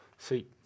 See